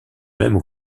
même